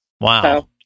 Wow